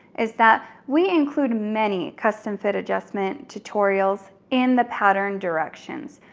is that we include many custom fit adjustment tutorials in the pattern directions.